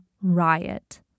riot